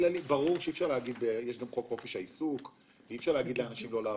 ברור לנו שיש את חוק חופש העיסוק ואי אפשר להגיד לאנשים לא לעבוד,